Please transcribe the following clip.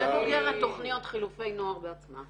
ובוגרת תכניות חילופי נוער של מנהיגות בעצמה.